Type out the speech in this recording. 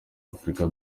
afurika